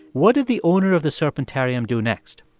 what did the owner of the serpentarium do next?